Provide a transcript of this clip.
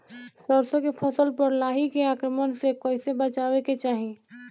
सरसो के फसल पर लाही के आक्रमण से कईसे बचावे के चाही?